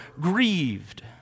grieved